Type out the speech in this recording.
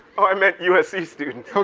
i meant usc students. okay.